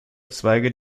zweige